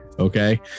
Okay